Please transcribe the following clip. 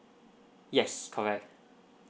yes correct